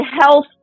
health